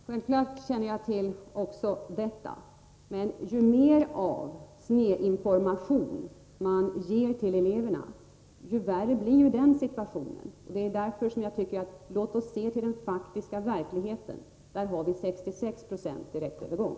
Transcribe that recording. Herr talman! Självfallet känner jag till också detta, men ju mer av snedinformation man ger till eleverna, desto värre blir ju den situtationen. Det är därför jag tycker att vi skall se till den faktiska situationen, som visar att vi har 66 90 direktövergång.